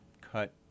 cut